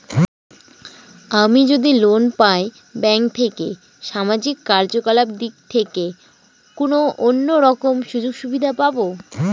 আমি যদি লোন পাই ব্যাংক থেকে সামাজিক কার্যকলাপ দিক থেকে কোনো অন্য রকম সুযোগ সুবিধা পাবো?